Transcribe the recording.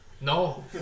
No